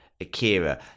Akira